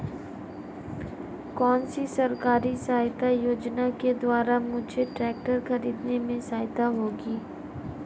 कौनसी सरकारी सहायता योजना के द्वारा मुझे ट्रैक्टर खरीदने में सहायक होगी?